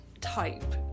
type